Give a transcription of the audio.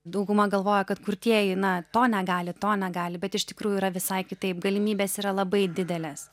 dauguma galvoja kad kurtieji na to negali to negali bet iš tikrųjų yra visai kitaip galimybės yra labai didelės